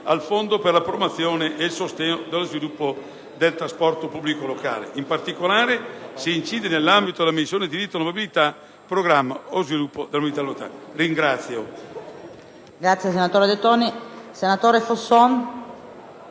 il Fondo per la promozione ed il sostegno dello sviluppo del trasporto pubblico locale. In particolare, si incide nell'ambito della missione diritto alla mobilità, programma sviluppo della mobilità locale.